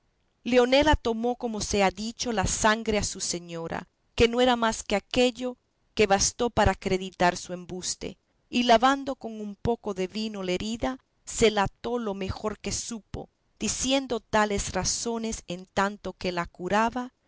leonela tomó como se ha dicho la sangre a su señora que no era más de aquello que bastó para acreditar su embuste y lavando con un poco de vino la herida se la ató lo mejor que supo diciendo tales razones en tanto que la curaba